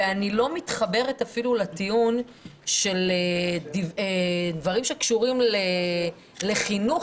ואני לא מתחברת אפילו לטיעון שדברים שקשורים לחינוך,